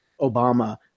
obama